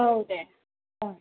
औ दे औ